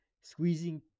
squeezing